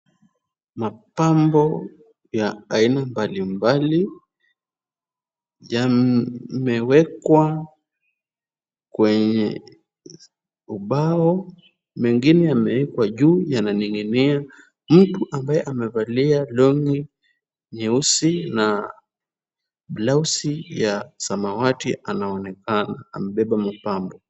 Mapambo ya aina mbalimbali yamewekwa kwenye ubao, mengine yamewekwa juu yananing'inia. Mtu ambaye amevalia long'i nyeusi na blausi ya samawati anaonekana amebeba mapambo.